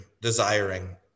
desiring